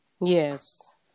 Yes